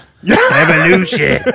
Evolution